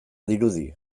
dirudi